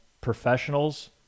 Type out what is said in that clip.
professionals